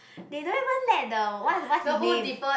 they don't even let the what what his name